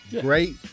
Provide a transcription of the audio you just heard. great